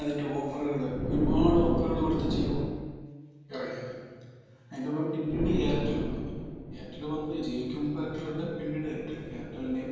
അതിൻ്റെ ഓഫറുകള് ഒരുപാട് ഓഫറുകള് കൊടുത്ത് ജിയോ ഇറങ്ങിയത് അതിൻറ്റൊപ്പം പിന്നീട് എയർടെല് വന്നു എയർടെൽ വന്നു ജിയോയ്ക്ക് മുൻപ്പ് എയർടെൽ ഉണ്ട് പിന്നീട് എയർടെല് എയർടെലിൻറ്റെയും